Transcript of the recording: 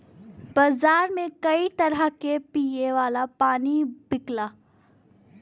बजारे में कई तरह क पिए वाला पानी बिकला